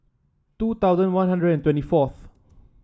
two thousand One Hundred twenty fourth